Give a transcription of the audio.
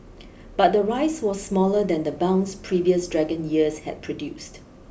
but the rise was smaller than the bounce previous Dragon years had produced